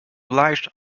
obliged